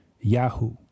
Yahoo